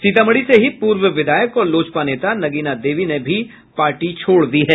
सीतामढ़ी से ही पूर्व विधायक और लोजपा नेता नगीना देवी ने भी पार्टी छोड़ दी है